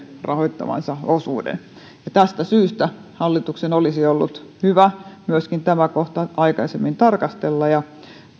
rahoittamansa osuuden tästä syystä hallituksen olisi ollut hyvä myöskin tämä kohta aikaisemmin tarkastella ja